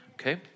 okay